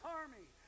army